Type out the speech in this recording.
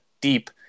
deep